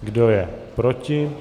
Kdo je proti?